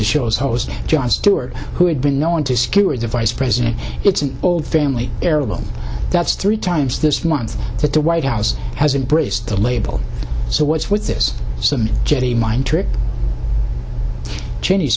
the show's host jon stewart who had been known to skewer the vice president it's an old family heirloom that's three times this month but the white house has embraced the label so what's with this some jedi mind trick cheney